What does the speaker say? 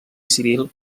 civil